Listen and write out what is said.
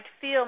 feel